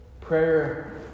Prayer